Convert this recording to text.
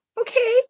okay